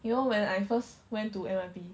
you know when I first went to N_Y_P